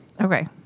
Okay